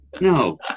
no